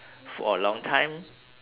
for a long time